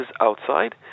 outside